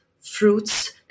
fruits